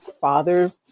father